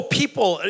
people